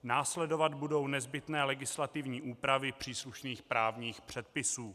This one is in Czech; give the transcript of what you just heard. Následovat budou nezbytné legislativní úpravy příslušných právních předpisů.